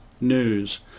news